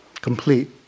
complete